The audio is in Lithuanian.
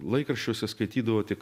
laikraščiuose skaitydavo tik